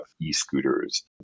e-scooters